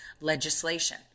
legislation